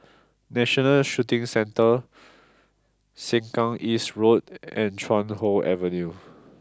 National Shooting Centre Sengkang East Road and Chuan Hoe Avenue